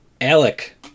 Alec